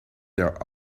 their